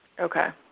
okay.